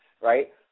right